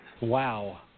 Wow